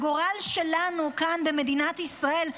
הגורל שלנו כאן במדינת ישראל,